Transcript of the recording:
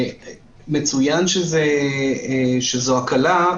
מצוין שזו הקלה,